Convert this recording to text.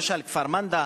למשל כפר-מנדא,